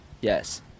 Yes